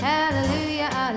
Hallelujah